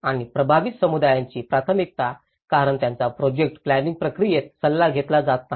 आणि प्रभावित समुदायांची प्राथमिकता कारण त्यांचा प्रोजेक्ट प्लांनिंग प्रक्रियेत सल्ला घेतला जात नाही